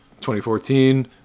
2014